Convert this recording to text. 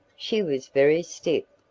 she was very stiff,